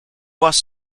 bus